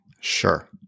Sure